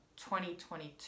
2022